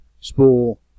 spool